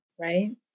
right